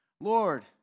Lord